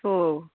oh